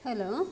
hello